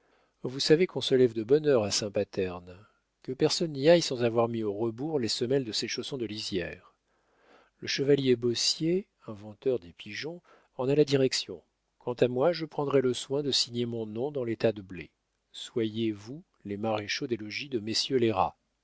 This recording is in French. vous savez qu'on se lève de bonne heure à saint paterne que personne n'y aille sans avoir mis au rebours les semelles de ses chaussons de lisière le chevalier beaussier inventeur des pigeons en a la direction quant à moi je prendrai le soin de signer mon nom dans les tas de blé soyez vous les maréchaux des logis de messieurs les rats